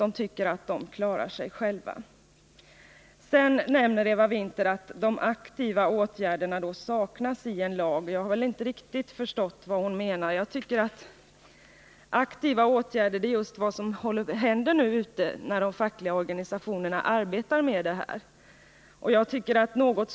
De tycker att de klarar sig själva. Eva Winther säger vidare att de aktiva åtgärderna saknas i vårt förslag till lag. Jag har inte riktigt förstått vad hon menar. Jag tycker att det är aktiva åtgärder att de fackliga organisationerna arbetar med dessa frågor.